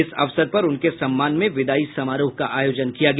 इस अवसर पर उनके सम्मान में विदाई समारोह का आयोजन किया गया